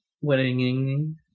Wedding